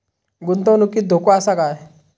गुंतवणुकीत धोको आसा काय?